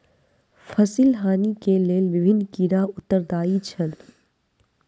फसिल हानि के लेल विभिन्न कीड़ा उत्तरदायी छल